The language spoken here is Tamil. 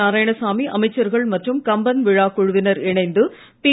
நாராயணசாமி அமைச்சர்கள் மற்றும் கம்பன் விழா குழுவினர் இணைந்து பி